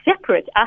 separate